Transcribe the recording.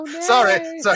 Sorry